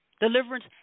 Deliverance